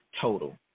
total